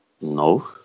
No